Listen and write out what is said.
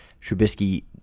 Trubisky